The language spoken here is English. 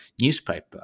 newspaper